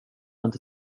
inte